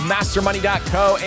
MasterMoney.co